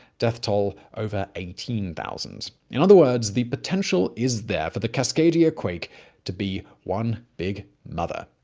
death toll over eighteen thousand. in other words, the potential is there for the cascadia quake to be one big mother.